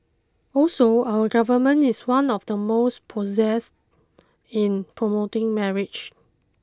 also our Government is one of the most obsessed in promoting marriage